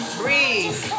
breathe